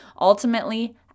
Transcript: Ultimately